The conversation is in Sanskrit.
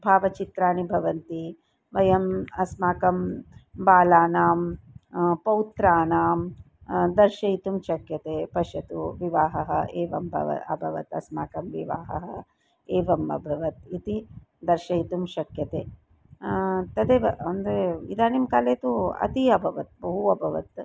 भावचित्राणि भवन्ति वयम् अस्माकं बालानां पौत्राणां दर्शयितुं शक्यते पश्यतु विवाहः एवं भवति अभवत् अस्माकं विवाहः एवम् अभवत् इति दर्शयितुं शक्यते तदेव इदानीं काले तु अति अभवत् बहु अभवत्